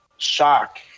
Shock